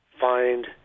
find